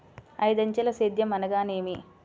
ఐదంచెల సేద్యం అనగా నేమి?